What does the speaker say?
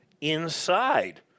inside